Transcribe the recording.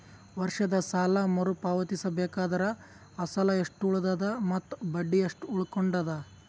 ವರ್ಷದ ಸಾಲಾ ಮರು ಪಾವತಿಸಬೇಕಾದರ ಅಸಲ ಎಷ್ಟ ಉಳದದ ಮತ್ತ ಬಡ್ಡಿ ಎಷ್ಟ ಉಳಕೊಂಡದ?